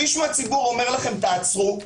שליש מהציבור אומר לכם: תעצרו,